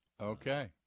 Okay